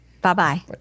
Bye-bye